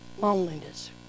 Loneliness